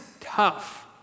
tough